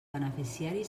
beneficiari